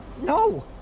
No